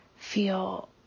feel